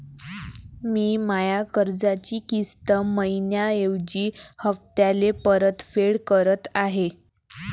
मी माया कर्जाची किस्त मइन्याऐवजी हप्त्याले परतफेड करत आहे